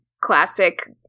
classic